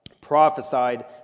prophesied